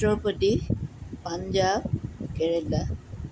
Uttar Pradesh Punjab Kerala